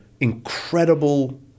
incredible